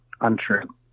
untrue